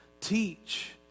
teach